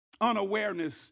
unawareness